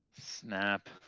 Snap